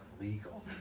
legal